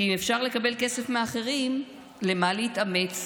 כי אם אפשר לקבל כסף מאחרים, למה להתאמץ?